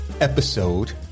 episode